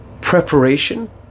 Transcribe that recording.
preparation